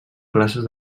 classes